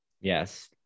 yes